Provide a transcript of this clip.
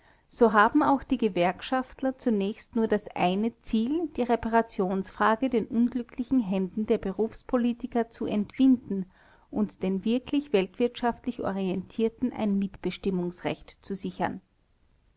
so haben auch die gewerkschaftler zunächst nur das eine ziel die reparationsfrage den unglücklichen händen der berufspolitiker zu entwinden und den wirklich weltwirtschaftlich orientierten ein mitbestimmungsrecht zu sichern